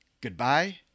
Goodbye